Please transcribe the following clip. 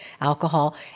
alcohol